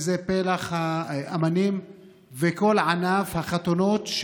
וזה פלח האומנים וכל ענף החתונות.